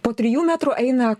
po trijų metrų eina